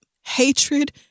hatred